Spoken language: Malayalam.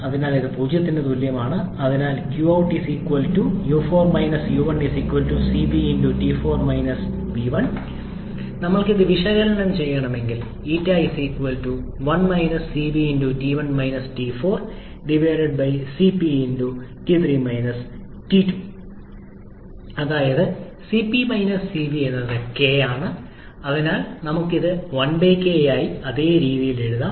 അതിനാൽ ഇത് 0 ന് തുല്യമാണ് അതിനാൽ 𝑞𝑜𝑢𝑡 𝑢4 𝑢1 𝑐𝑣 𝑇4 𝑇1 നമ്മൾക്ക് ഇത് വിശകലനം ചെയ്യണമെങ്കിൽ അതായത് Cp Cv എന്നത് k ആണ് അതിനാൽ നമുക്ക് ഇത് 1 k ആയി അതേ രീതിയിൽ എഴുതാം